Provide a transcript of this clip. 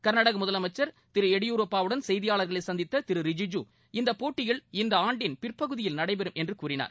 க்நாடக முதலமைச்சன் திரு B S எடியூரப்பாவுடன் செய்தியாளா்களை சந்தித்த திரு ரிஜிஜூ இந்த போட்டிகள் இந்த ஆண்டின் பிற்பகுதியில் நடைபெறும் என்று கூறினார்